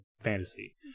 fantasy